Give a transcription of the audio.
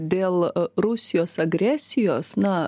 dėl rusijos agresijos na